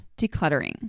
decluttering